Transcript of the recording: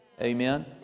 Amen